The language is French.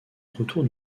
retour